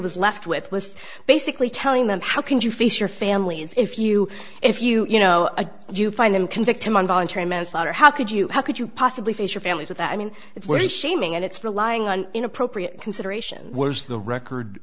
was left with was basically telling them how can you face your families if you if you you know a do you find them convict him on voluntary manslaughter how could you how could you possibly face your families with that i mean it's where the shaming and it's relying on inappropriate consideration was the record